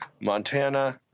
Montana